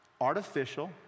artificial